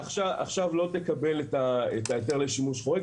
עכשיו לא תקבל היתר לשימוש חורג.